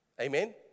Amen